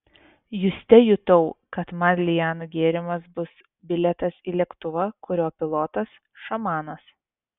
juste jutau kad man lianų gėrimas bus bilietas į lėktuvą kurio pilotas šamanas